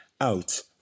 out